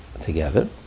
together